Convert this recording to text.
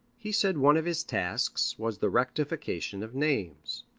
he said one of his tasks was the rectification of names.